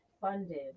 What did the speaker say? funded